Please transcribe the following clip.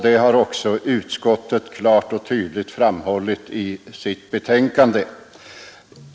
Det har också utskottet klart och tydligt framhållit i sitt betänkande.